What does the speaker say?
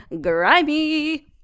grimy